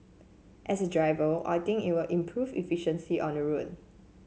as a driver I think it will improve efficiency on the road